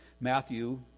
Matthew